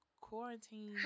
quarantine